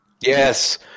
Yes